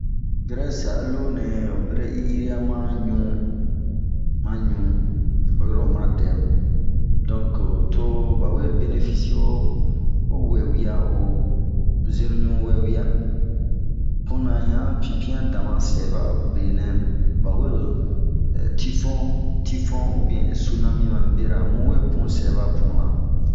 Gɛrɛsi a loo nɛɛh ho bira i'iya ma ɲuu, ma ɲuu oyi ro oma dɛmu, donke to ba we benefisie'o wɛwia ho zenu ɲu wɛwia. Puna ɲa pinpian dama sɛɛba, benɛ ba wero tifon, tifon, sunami mami bera ra bun we pun sɛba puna.